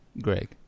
Greg